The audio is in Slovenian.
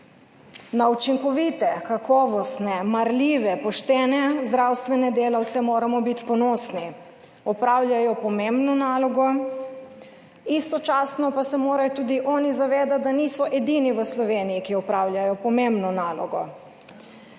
Na učinkovite, kakovostne, marljive, poštene zdravstvene delavce moramo biti ponosni, opravljajo pomembno nalogo, istočasno pa se morajo tudi oni zavedati, da niso edini v Sloveniji, ki opravljajo pomembno nalogo.